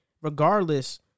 regardless